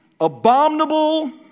abominable